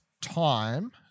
time